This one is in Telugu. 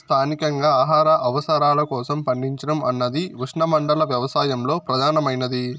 స్థానికంగా ఆహార అవసరాల కోసం పండించడం అన్నది ఉష్ణమండల వ్యవసాయంలో ప్రధానమైనది